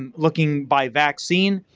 um looking by vaccine,